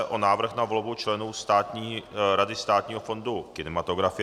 Návrh na volbu členů Rady Státního fondu kinematografie